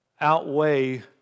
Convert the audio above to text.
outweigh